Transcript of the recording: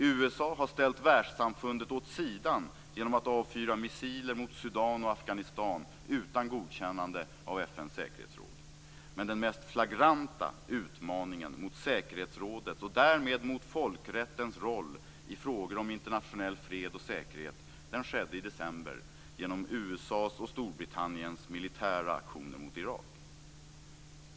USA har ställt världssamfundet åt sidan genom att avfyra missiler mot Sudan och Afghanistan utan godkännande av Den mest flagranta utmaningen mot säkerhetsrådets och därmed mot folkrättens roll i frågor om internationell fred och säkerhet skedde i december genom USA:s och Storbritanniens militära aktioner mot Irak.